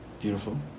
Beautiful